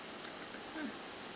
ah